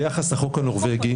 ביחס לחוק הנורבגי,